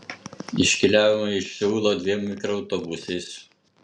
iškeliavome iš seulo dviem mikroautobusais